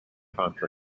contra